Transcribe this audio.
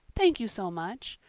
thank you so much.